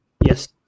Yes